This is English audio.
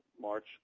March